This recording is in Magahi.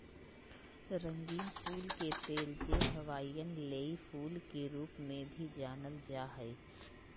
रंगीन फूल के तेल, जे हवाईयन लेई फूल के रूप में भी जानल जा हइ